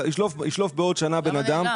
ישלוף בעוד שנה בן אדם